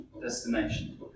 destination